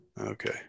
Okay